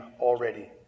already